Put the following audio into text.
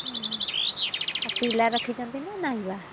ପିଲା ରଖିଛନ୍ତି ନା ନାହିଁ ବା